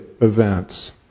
events